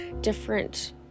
different